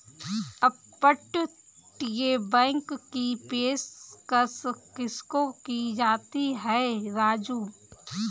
अपतटीय बैंक की पेशकश किसको की जाती है राजू?